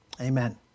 Amen